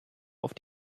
auf